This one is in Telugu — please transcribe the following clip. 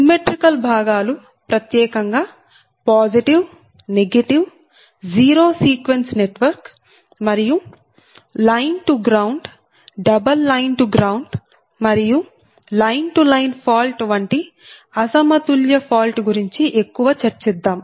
సిమ్మెట్రీకల్ భాగాలు ప్రత్యేకంగా పాజిటివ్నెగటివ్జీరో సీక్వెన్స్ నెట్వర్క్ మరియు line to ground double line to ground మరియు లైన్ టు లైన్ ఫాల్ట్ వంటి అసమతుల్య ఫాల్ట్ గురించి ఎక్కువ చర్చిద్దాం